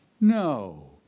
No